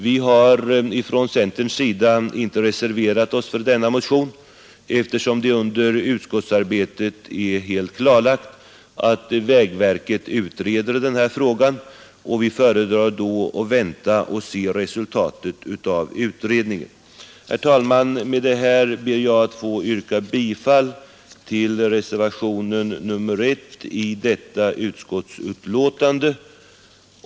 Vi centerledamöter i utskottet har inte reserverat oss för denna motion, eftersom det under utskottsarbetet klargjorts att vägverket utreder denna fråga, och vi föredrar då att vänta och se resultatet av utredningen. Herr talman! Med detta ber jag att få yrka bifall till reservationen 1 a.